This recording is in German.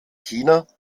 china